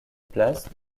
place